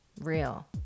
real